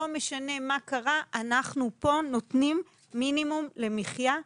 לא משנה מה קרה, אנחנו כאן נותנים תגמול למחיה.